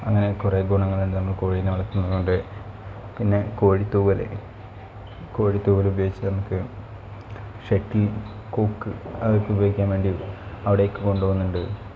അങ്ങനെ കുറേ ഗുണങ്ങൾ ഉണ്ട് നമ്മൾ കോഴിനെ വളർത്തുന്നതു കൊണ്ട് പിന്നെ കോഴി തൂവൽ കോഴി തൂവൽ ഉപയോഗിച്ചു നമുക്ക് ഷട്ടിൽ കോക്ക് അതൊക്കെ ഉപയോഗിക്കാൻ വേണ്ടി അവിടേക്ക് കൊണ്ടുപോവുന്നുണ്ട്